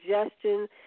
suggestions